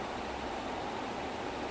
the the I don't remember